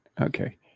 Okay